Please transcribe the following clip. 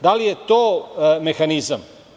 Da li je to mehanizam?